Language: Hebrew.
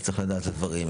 צריך לדעת את הדברים.